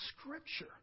Scripture